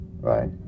Right